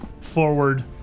forward